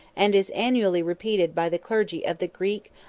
and is annually repeated by the clergy of the greek,